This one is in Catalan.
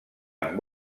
amb